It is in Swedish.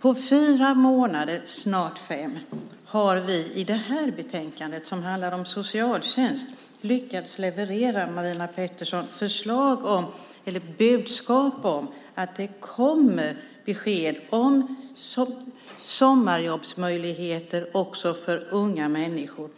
På fyra månader, snart fem, Marina Pettersson, har vi i det här betänkandet som handlar om socialtjänst lyckats leverera ett budskap om att det kommer besked om sommarjobbsmöjligheter också för unga människor,